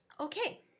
Okay